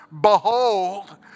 Behold